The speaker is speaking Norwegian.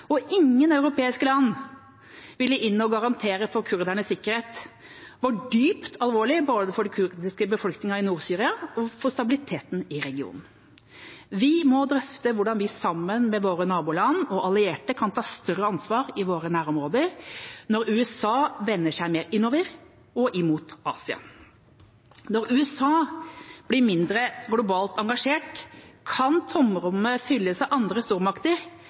og ingen europeiske land ville inn og garantere for kurdernes sikkerhet, var dypt alvorlig både for den kurdiske befolkningen i Nord-Syria og for stabiliteten i regionen. Vi må drøfte hvordan vi sammen med våre naboland og allierte kan ta større ansvar i våre nærområder når USA vender seg mer innover og mot Asia. Når USA blir mindre globalt engasjert, kan tomrommet fylles av andre stormakter,